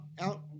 out